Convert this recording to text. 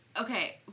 Okay